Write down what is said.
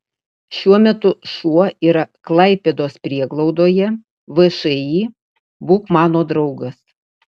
šiuo metu šuo yra klaipėdos prieglaudoje všį būk mano draugas